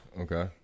Okay